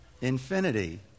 Infinity